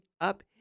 up